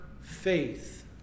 faith